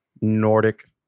Nordic